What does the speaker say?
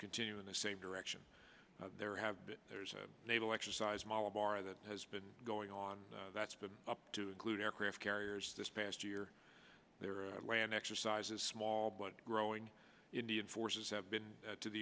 continue in the same direction there have been there's a naval exercise model bar that has been going on that's been up to glue the aircraft carriers this past year there are land exercises small but growing indian forces have been to the